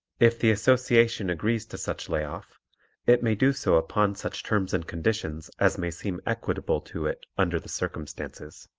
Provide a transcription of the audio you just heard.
if the association agrees to such lay off it may do so upon such terms and conditions as may seem equitable to it under the circumstances.